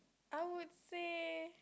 I would say